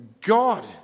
God